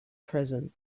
present